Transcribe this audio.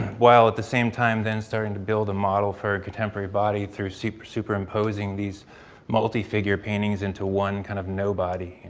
while at the same time, then starting to build a model for a contemporary body through superimposing these multi-figure paintings into one kind of nobody,